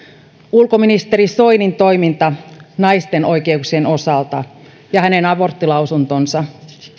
ulkoministeri soinin toiminta naisten oikeuksien osalta ja hänen aborttilausuntonsa